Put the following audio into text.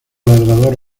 ladrador